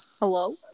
Hello